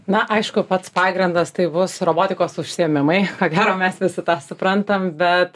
na aišku pats pagrindas tai bus robotikos užsiėmimai ko gero mes visi tą suprantam bet